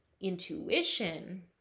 intuition